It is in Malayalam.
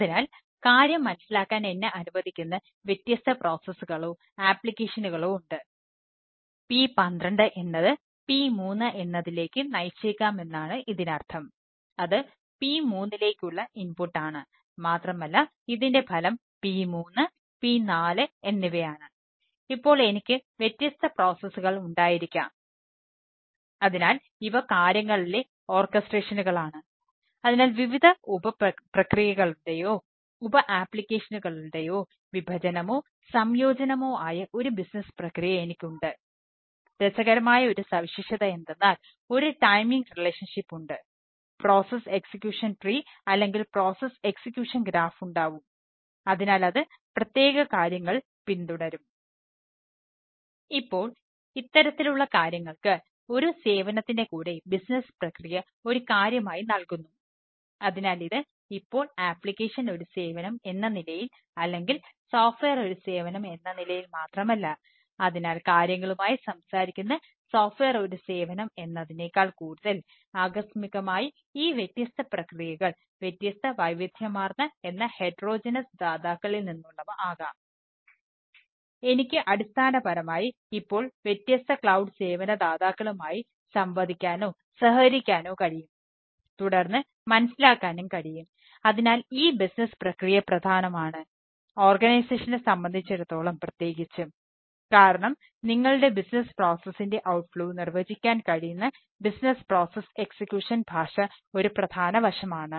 അതിനാൽ കാര്യം മനസ്സിലാക്കാൻ എന്നെ അനുവദിക്കുന്ന വ്യത്യസ്ത പ്രോസസ്സുകളോ ഉണ്ടാവും അതിനാൽ അത് പ്രത്യേക കാര്യങ്ങൾ പിന്തുടരും ഇപ്പോൾ ഇത്തരത്തിലുള്ള കാര്യങ്ങൾക്ക് ഒരു സേവനത്തിൻറെ കൂടെ ബിസിനസ് ഭാഷ ഒരു പ്രധാന വശമാണ്